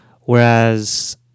Whereas